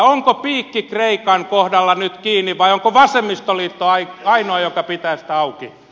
onko piikki kreikan kohdalla nyt kiinni ja onko vasemmistoliitto ainoa joka pitää sitä auki